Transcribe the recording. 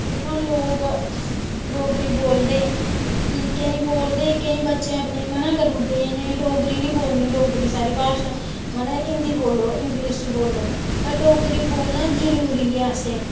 दिक्खो हां लोग डोगरी बोलदे केईं बोलदे केईं बच्चें अपने गी मना करी ओड़दे कि डोगरी निं बोलनी डोगरी साढ़ी भाशा हिंदी बोल्लो इंगलिश बोल्लो पर डोगरी बोलना जरूरी ऐ असें